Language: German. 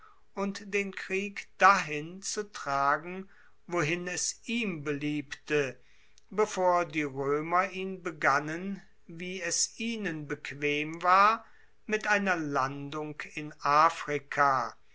und den krieg dahin zu tragen wohin es ihm beliebte bevor die roemer ihn begannen wie es ihnen bequem war mit einer landung in afrika